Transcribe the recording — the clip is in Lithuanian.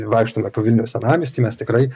vaikštome po vilniaus senamiestį mes tikrai